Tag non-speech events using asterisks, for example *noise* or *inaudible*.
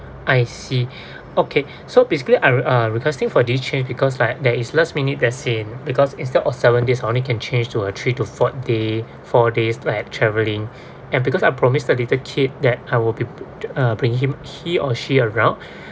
I see *breath* okay so basically I uh requesting for this change because like there is last minute that's in because instead of seven days I only can change to a three to fourth day four days like travelling and because I promise the little kid that I will be to uh bring him he or she around *breath*